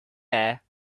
air